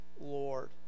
Lord